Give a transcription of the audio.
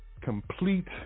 complete